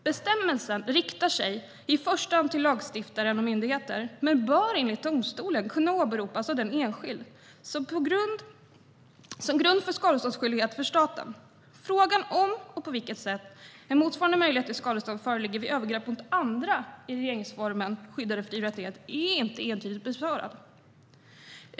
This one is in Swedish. Bestämmelsen riktar sig i första hand till lagstiftaren och myndigheter, men bör enligt domstolen kunna åberopas av den enskilde som grund för skadeståndsskyldighet för staten. Frågan om och på vilket sätt en motsvarande möjlighet till skadestånd föreligger vid övergrepp mot andra i regeringsformen skyddade fri och rättigheter är inte entydigt besvarad.